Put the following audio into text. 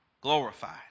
glorified